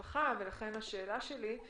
במשפחה ולכן השאלה שלי.